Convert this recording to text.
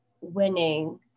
winning